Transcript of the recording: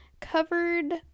covered